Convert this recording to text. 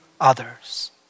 others